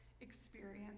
experience